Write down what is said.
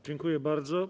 Dziękuję bardzo.